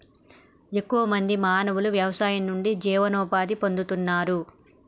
ఎక్కువ మంది మానవులు వ్యవసాయం నుండి జీవనోపాధి పొందుతున్నారు